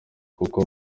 kuko